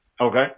Okay